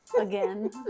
Again